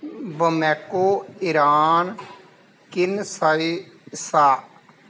Bamako Iran ਕਿਨਸਾਈ ਸਾ